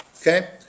Okay